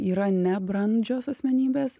yra nebrandžios asmenybės